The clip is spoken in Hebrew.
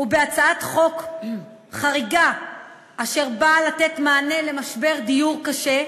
ובהצעת חוק חריגה אשר באה לתת מענה למשבר דיור קשה,